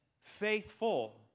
faithful